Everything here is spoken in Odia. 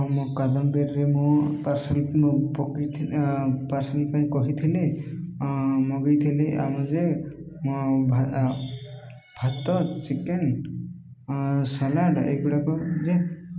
ହଁ ମୁଁ କାଦମ୍ବୀରରେ ମୁଁ ପାର୍ସଲ ପକେଇଥିଲି ପାର୍ସଲ ପାଇଁ କହିଥିଲି ମଗେଇଥିଲି ଆମ ଯେ ଭାତ ଚିକେନ ସାଲାଡ଼ ଏଗୁଡ଼ାକ ଯେ